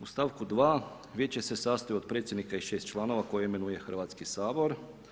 U st. 2. Vijeće se sastoji od predsjednika i 6 članova koje imenuje Hrvatski sabor.